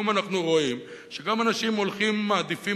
היום אנחנו רואים שגם אנשים הולכים מעדיפים